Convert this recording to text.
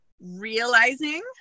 realizing